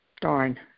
Darn